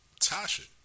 Tasha